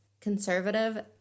conservative